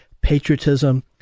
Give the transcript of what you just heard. patriotism